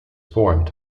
formed